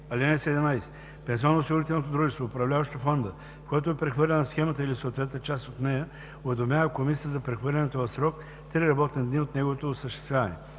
(17) Пенсионноосигурителното дружество, управляващо фонда, в който е прехвърлена схемата или съответната част от нея, уведомява комисията за прехвърлянето в срок три работни дни от неговото осъществяване.